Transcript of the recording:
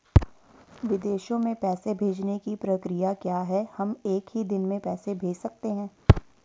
विदेशों में पैसे भेजने की प्रक्रिया क्या है हम एक ही दिन में पैसे भेज सकते हैं?